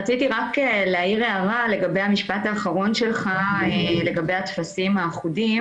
רציתי רק להעיר הערה לגבי המשפט האחרון שלך לגבי הטפסים האחודים.